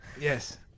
Yes